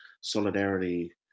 solidarity